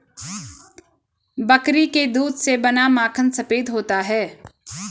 बकरी के दूध से बना माखन सफेद होता है